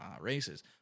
races